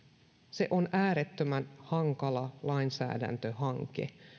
se on äärettömän hankala lainsäädäntöhanke